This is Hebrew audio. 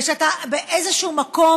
ושאתה באיזשהו מקום,